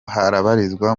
habarizwa